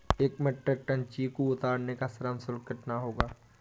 एक metric ton चीकू उतारने का श्रम शुल्क कितना होगा?